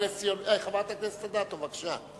חברת הכנסת רחל אדטו, בבקשה.